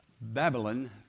Babylon